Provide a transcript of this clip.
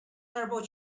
turbo